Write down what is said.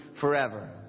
forever